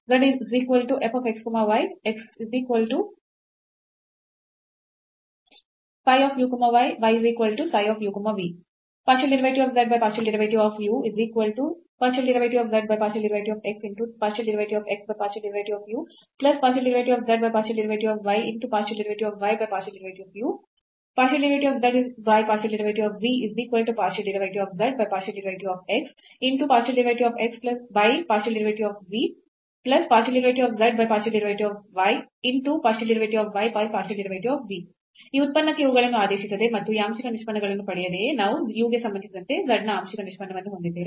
zf x y xϕ u v yψ u v ಈ ಉತ್ಪನ್ನಕ್ಕೆ ಇವುಗಳನ್ನು ಆದೇಶಿಸದೆ ಮತ್ತು ಈ ಆಂಶಿಕ ನಿಷ್ಪನ್ನಗಳನ್ನು ಪಡೆಯದೆಯೇ ನಾವು u ಗೆ ಸಂಬಂಧಿಸಿದಂತೆ z ನ ಆಂಶಿಕ ನಿಷ್ಪನ್ನವನ್ನು ಹೊಂದಿದ್ದೇವೆ